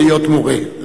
להיות מורה.